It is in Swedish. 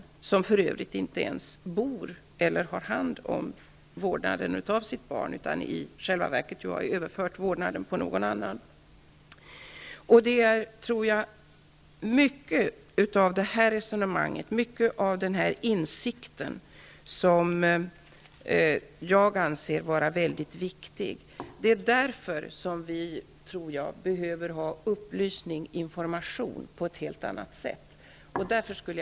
Han bor för övrigt inte ens tillsammans med barnet eller har hand om vårdnaden av sitt barn, utan har i själva verket överfört vårdnanden till någon annan. Det är mycket i detta resonemang och i denna insikt som jag anser vara mycket viktigt. Det är därför som det på ett helt annat sätt behövs upplysning och information.